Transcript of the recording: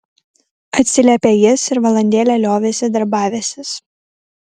atsiliepė jis ir valandėlę liovėsi darbavęsis